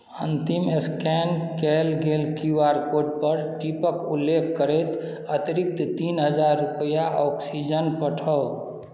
अन्तिम स्कैन कएल गेल क्यू आर कोडपर टिपके उल्लेख करैत अतिरिक्त तीन हजार रुपैआ ऑक्सीजन पठाउ